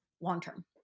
long-term